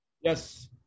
Yes